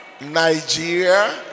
Nigeria